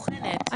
היא בוחנת.